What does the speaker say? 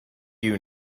you